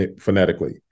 phonetically